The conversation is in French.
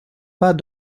pas